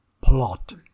plot